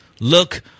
look